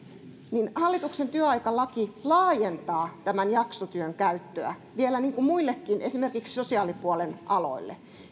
mutta hallituksen työaikalaki laajentaa tämän jaksotyön käyttöä vielä muillekin esimerkiksi sosiaalipuolen aloille